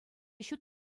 ҫут